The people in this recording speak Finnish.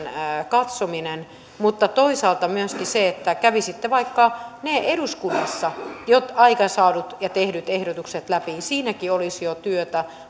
mutta toisaalta myöskin kävisitte läpi vaikka ne eduskunnassa jo aikaansaadut ja tehdyt ehdotukset siinäkin olisi jo työtä